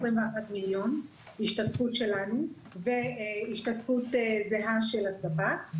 השתתפות שלנו והשתתפות זהה של הספק.